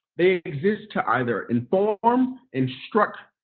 they exist to either inform, instruct,